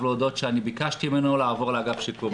להודות שביקשתי ממנו לעבור לאגף שיקום.